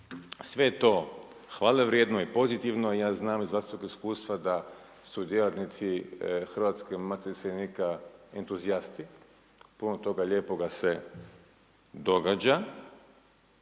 Sve to hvale vrijedno i pozitivno i ja znam iz vlastitog iskustva da su djelatnici Hrvatske matice iseljenika entuzijasti, puno toga lijepoga se događa.